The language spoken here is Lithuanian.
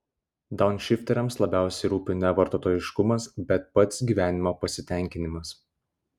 daunšifteriams labiausiai rūpi ne vartotojiškumas bet pats gyvenimo pasitenkinimas